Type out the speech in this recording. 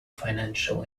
financial